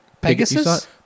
Pegasus